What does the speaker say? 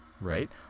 Right